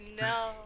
no